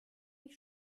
mich